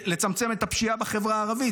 לצמצם את הפשיעה בחברה הערבית,